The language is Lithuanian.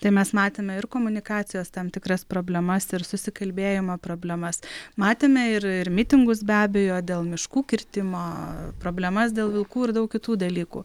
tai mes matėme ir komunikacijos tam tikras problemas ir susikalbėjimo problemas matėme ir ir mitingus be abejo dėl miškų kirtimo problemas dėl vilkų ir daug kitų dalykų